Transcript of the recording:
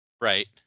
Right